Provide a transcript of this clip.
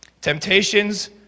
Temptations